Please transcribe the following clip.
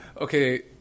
Okay